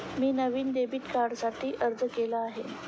मी नवीन डेबिट कार्डसाठी अर्ज केला आहे